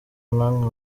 namwe